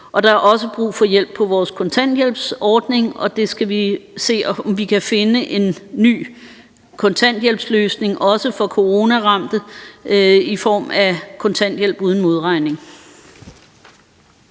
der er også brug for hjælp i forhold til vores kontanthjælpsordning, og vi skal se, om vi kan finde en ny kontanthjælpsløsning, også for coronaramte, i form af kontanthjælp uden modregning.